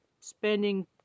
spending